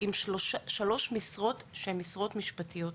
יש שלוש משרות שהן משרות משפטיות.